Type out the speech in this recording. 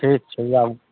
ठीक छै आबु